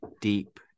deep